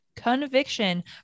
conviction